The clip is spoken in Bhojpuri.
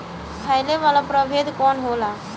फैले वाला प्रभेद कौन होला?